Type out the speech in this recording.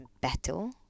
battle